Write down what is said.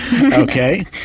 Okay